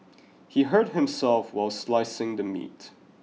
he hurt himself while slicing the meat